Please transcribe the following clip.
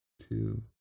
two